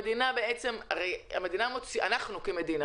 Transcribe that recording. הרי אנחנו כמדינה